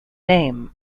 name